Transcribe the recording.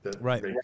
Right